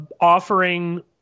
offering